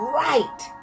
right